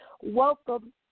Welcome